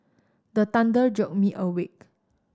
the thunder jolt me awake